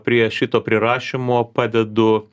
prie šito prirašymo padedu